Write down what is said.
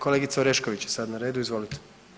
Kolegica Orešković je sad na redu, izvolite.